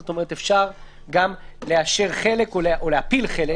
זאת אומרת שאפשר לאשר חלק או להפיל חלק.